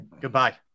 Goodbye